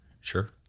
sure